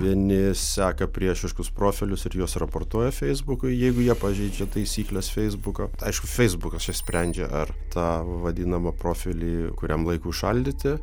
vieni seka priešiškus profilius ir juos raportuoja feisbukui jeigu jie pažeidžia taisykles feisbuko aišku feisbukas čia sprendžia ar tą vadinama profilį kuriam laikui užšaldyti